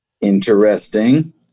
Interesting